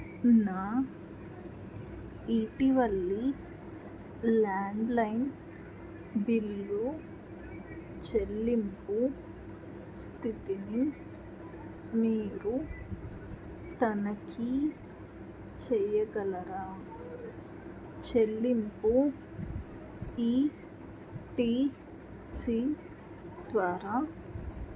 నా ఇటీవలి landline bill చెల్లింపు స్థితిని మీరు తనఖీ చెయ్యగలరా చెల్లింపు ఈ టీ సీ ద్వారా